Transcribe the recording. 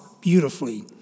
beautifully